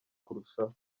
kurushaho